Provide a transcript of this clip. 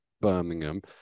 birmingham